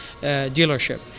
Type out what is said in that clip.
dealership